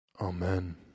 Amen